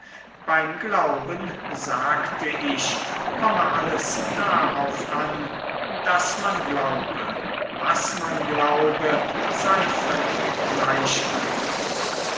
beim glauben sagte ich komme alles darauf an daß man glaube was man glaube sei völlig gleichgültig